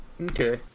Okay